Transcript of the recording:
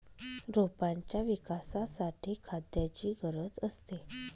रोपांच्या विकासासाठी खाद्याची गरज असते